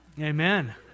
Amen